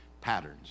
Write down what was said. Patterns